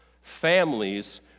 Families